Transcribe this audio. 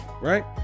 right